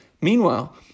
Meanwhile